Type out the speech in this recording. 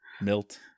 Milt